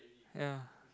ya